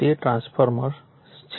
તે ટ્રાન્સફોર્મર્સ છે